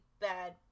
bad